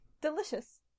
Delicious